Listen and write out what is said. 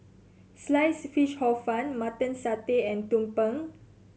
Sliced Fish Hor Fun Mutton Satay and tumpeng